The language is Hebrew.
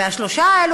והשלושה האלה,